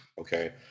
okay